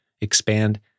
expand